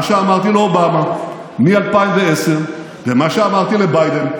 מה שאמרתי לאובמה מ-2010 ומה שאמרתי לביידן,